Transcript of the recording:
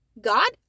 God